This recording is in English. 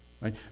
right